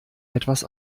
etwas